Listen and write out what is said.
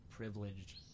Privileged